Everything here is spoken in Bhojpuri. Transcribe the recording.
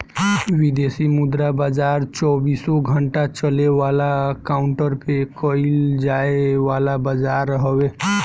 विदेशी मुद्रा बाजार चौबीसो घंटा चले वाला काउंटर पे कईल जाए वाला बाजार हवे